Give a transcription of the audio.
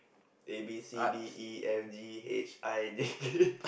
A B C D E F G H I J K